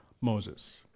Moses